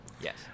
Yes